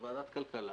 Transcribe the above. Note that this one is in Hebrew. לוועדת הכלכלה,